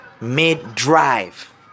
mid-drive